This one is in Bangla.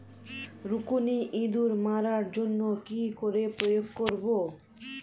রুকুনি ইঁদুর মারার জন্য কি করে প্রয়োগ করব?